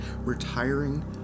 retiring